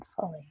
fully